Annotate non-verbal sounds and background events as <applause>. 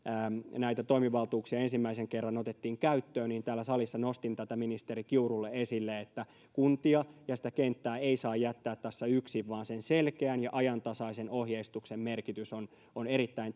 näitä toimivaltuuksia ensimmäisen kerran otettiin käyttöön täällä salissa nostin tätä ministeri kiurulle esille että kuntia ja sitä kenttää ei saa jättää tässä yksin vaan sen selkeän ja ajantasaisen ohjeistuksen merkitys on on erittäin <unintelligible>